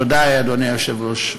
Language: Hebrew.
תודה, אדוני היושב-ראש.